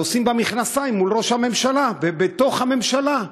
אבל עושים במכנסיים מול ראש הממשלה בתוך הממשלה.